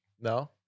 No